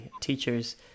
teachers